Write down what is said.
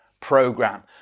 program